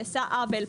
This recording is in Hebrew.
נעשה עוול,